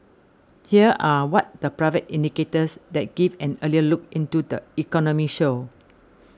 here are what the private indicators that give an earlier look into the economy show